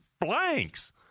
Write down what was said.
blanks